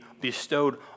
bestowed